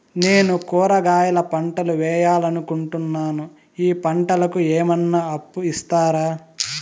నేను కూరగాయల పంటలు వేయాలనుకుంటున్నాను, ఈ పంటలకు ఏమన్నా అప్పు ఇస్తారా?